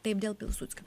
taip dėl pilsudskio